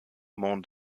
mont